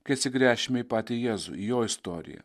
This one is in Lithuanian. kai atsigręšime į patį jėzų į jo istoriją